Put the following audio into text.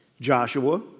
Joshua